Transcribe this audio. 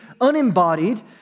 unembodied